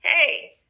hey